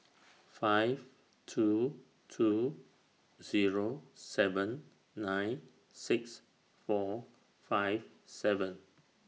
five two two Zero seven nine six four five seven